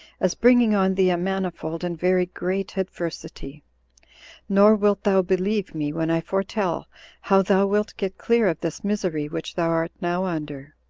as bringing on thee a manifold and very great adversity nor wilt thou believe me, when i foretell how thou wilt get clear of this misery which thou art now under,